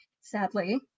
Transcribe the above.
sadly